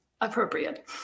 appropriate